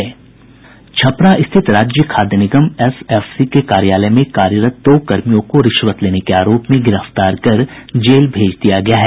छपरा स्थित राज्य खाद्य निगम एसएफसी के कार्यालय में कार्यरत दो कर्मियों को रिश्वत लेने के आरोप में गिरफ्तार कर जेल भेज दिया गया है